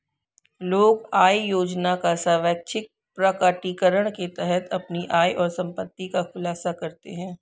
लोग आय योजना का स्वैच्छिक प्रकटीकरण के तहत अपनी आय और संपत्ति का खुलासा करते है